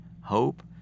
hope